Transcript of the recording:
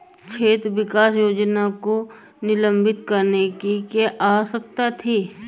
क्षेत्र विकास योजना को निलंबित करने की क्या आवश्यकता थी?